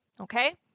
Okay